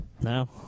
No